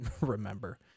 remember